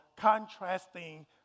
contrasting